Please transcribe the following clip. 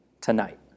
tonight